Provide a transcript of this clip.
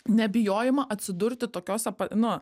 nebijojimą atsidurti tokiose nu